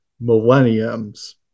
millenniums